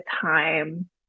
time